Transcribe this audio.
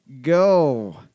go